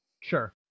sure